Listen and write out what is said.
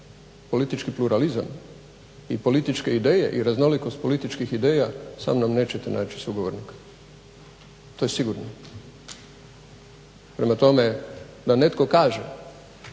politički pluralizam i političke ideje i raznolikost političkih ideja sa mnom nećete naći sugovornika. To je sigurno. Prema tome, da netko kaže